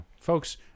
Folks